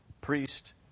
priest